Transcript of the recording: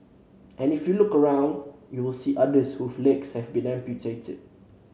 and if you look around you will see others whose legs have been amputated